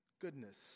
goodness